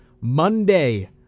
Monday